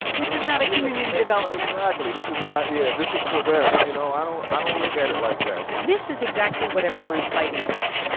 this is not a community development exactly. this is not yeah. this is for them. you know, i don't i don't look at it like that this is exactly what everyone's fighting about.